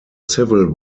civil